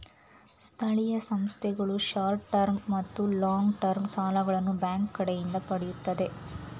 ಸ್ಥಳೀಯ ಸಂಸ್ಥೆಗಳು short term ಮತ್ತು ಲಾಂಗ್ ಟರ್ಮ್ ಸಾಲಗಳನ್ನು ಬ್ಯಾಂಕ್ ಕಡೆಯಿಂದ ಪಡೆಯುತ್ತದೆ